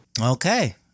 Okay